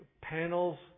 panels